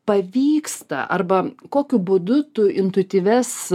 pavyksta arba kokiu būdu tu intuityvias